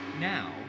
now